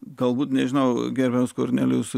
galbūt nežinau gerbiamas kornelijus